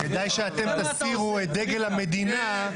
כדאי שאתם תסירו את דגל המדינה,